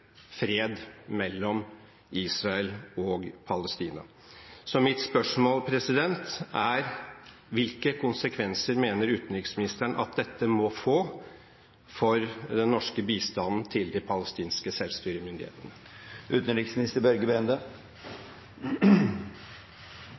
fred mellom Israel og Palestina. Så mitt spørsmål er: Hvilke konsekvenser mener utenriksministeren at dette må få for den norske bistanden til de palestinske